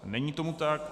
Není tomu tak.